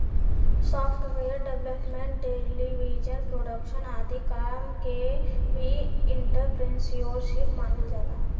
software development television production आदि काम के भी एंटरप्रेन्योरशिप मानल जाला